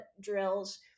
drills